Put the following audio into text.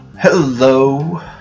Hello